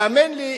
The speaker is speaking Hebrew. האמן לי,